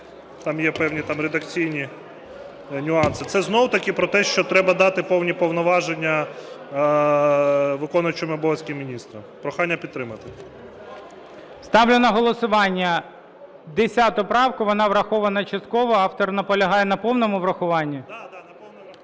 там є певні редакційні нюанси. Це знов-таки про те, що треба дати повні повноваження виконуючому обов'язки міністра. Прохання підтримати. ГОЛОВУЮЧИЙ. Ставлю на голосування 10 правку, вона врахована частково. Автор наполягає на повному врахуванні?